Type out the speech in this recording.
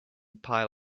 pile